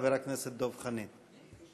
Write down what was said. חבר הכנסת דב חנין.